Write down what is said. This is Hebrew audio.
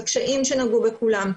לקשיים שנגעו בכולם.